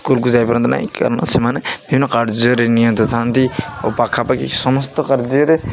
ସ୍କୁଲକୁ ଯାଇପାରନ୍ତି ନାହିଁ କାରଣ ସେମାନେ ବିଭିନ୍ନ କାର୍ଯ୍ୟରେ ନିହାତ ଥାନ୍ତି ଓ ପାଖାପାଖି ସମସ୍ତ କାର୍ଯ୍ୟରେ